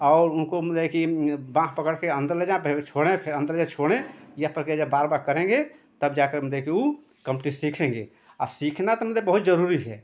और उनको मतलब कि बाँह पकड़कर अन्दर ले जाएँ फिर छोड़ें फिर अन्दर ले जाएँ छोड़ें यह प्रक्रिया जब बार बार करेंगे तब जाकर मतलब कि वह कम्प्लीट सीखेंगे और सीखना तो मतलब बहुत ज़रूरी है